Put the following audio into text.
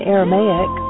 Aramaic